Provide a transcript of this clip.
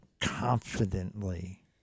confidently